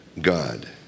God